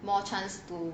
more chance to